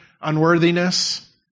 unworthiness